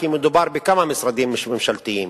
כי מדובר בכמה משרדים ממשלתיים,